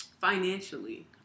financially